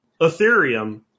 Ethereum